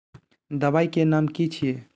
दबाई के नाम की छिए?